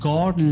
God